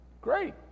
Great